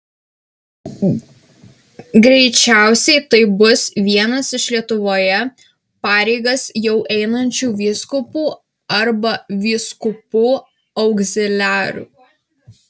greičiausiai tai bus vienas iš lietuvoje pareigas jau einančių vyskupų arba vyskupų augziliarų